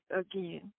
again